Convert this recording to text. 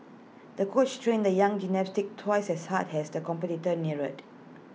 the coach trained the young gymnast twice as hard has the